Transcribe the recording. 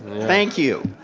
thank you.